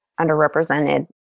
underrepresented